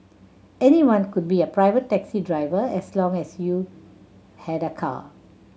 anyone could be a pirate taxi driver as long as you had a car